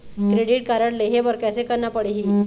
Credit card लेहे बर कैसे करना पड़ही?